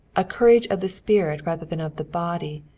a courage of the spirit rather than of the body,